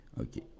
okay